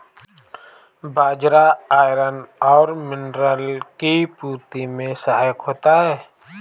बाजरा iron और mineral की पूर्ति में सहायक होता है